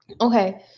Okay